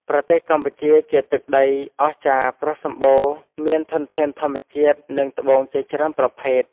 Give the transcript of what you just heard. ប្រទេសកម្ពុជាជាទឹកដីអស្ចារ្យព្រោះសម្បូរមានធនធានធម្មជាតិ និងត្បូងជាច្រើនប្រភេទ។